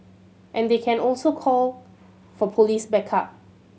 and they can also call for police backup